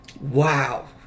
Wow